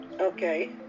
Okay